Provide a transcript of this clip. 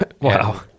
Wow